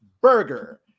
burger